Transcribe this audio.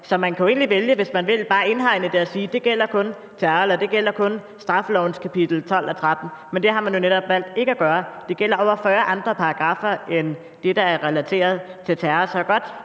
kan man egentlig vælge bare at indhegne det og sige, at det kun gælder terror, eller at det kun gælder straffelovens kapitel 12 og 13, men det har man jo netop valgt ikke at gøre. Det gælder over 40 andre paragraffer end dem, der er relateret til terror.